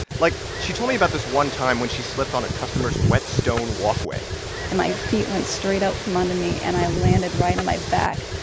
like, she told me about this one time when she slipped on a customer's wet stone walkway and my feet went straight out from under me, and i landed right on my back.